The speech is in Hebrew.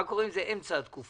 מה קורה אם זה אמצע התקופה.